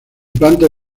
planta